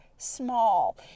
small